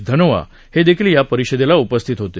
धनोआ हे देखील या परिषदेला उपस्थित होते